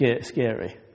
scary